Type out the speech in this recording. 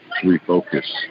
refocus